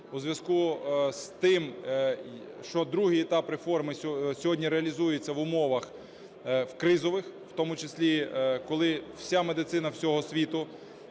з зв'язку з тим, що другий етап реформи сьогодні реалізується в умовах в кризових, в тому числі, коли вся медицина, всього світу,